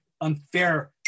unfair